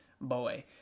boy